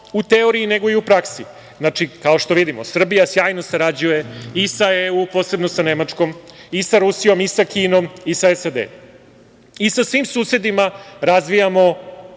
u teoriji nego i u praksi. Znači, kao što vidimo, Srbija sjajno sarađuje i sa EU, posebno sa Nemačkom, i sa Rusijom i sa Kinom i sa SAD, i sa svim susedima razvijamo